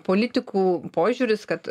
politikų požiūris kad